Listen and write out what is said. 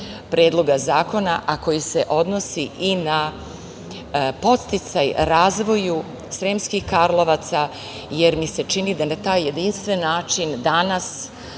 Predloga zakona, a koji se odnosi i na podsticaj razvoju Sremskih Karlovaca, jer mi se čini da na taj jedinstven način danas,